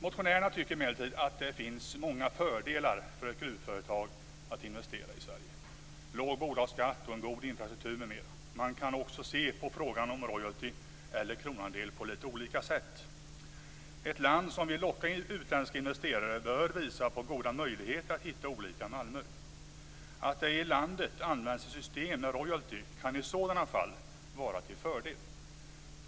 Motionärerna tycker emellertid att det finns många fördelar för ett gruvföretag med att investera i Sverige. Sverige har låg bolagsskatt och en god infrastruktur m.m. Man kan också se på frågan om royalty eller kronandel på litet olika sätt. Ett land som vill locka utländska investerare bör visa på goda möjligheter att hitta olika malmer. Att det i landet används ett system med royalty kan i sådana fall vara till fördel.